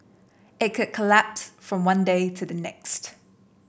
it could collapse from one day to the next